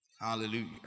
Hallelujah